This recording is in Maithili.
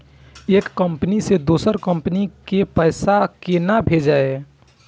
एक कंपनी से दोसर कंपनी के पैसा केना भेजये?